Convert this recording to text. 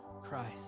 Christ